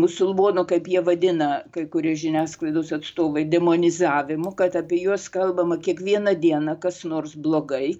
musulmonų kaip jie vadina kai kurie žiniasklaidos atstovai demonizavimo kad apie juos kalbama kiekvieną dieną kas nors blogai